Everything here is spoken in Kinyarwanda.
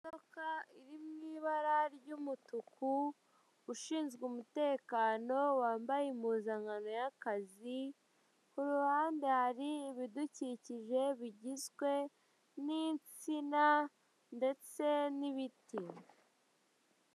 Imodoka iri mu ibara ry'umutuku, ushinzwe umutekano wambaye impuzankano y'akazi, ku ruhande hari ibidukikije bigizwe n'insina ndetse n'ibiti.